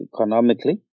economically